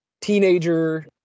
teenager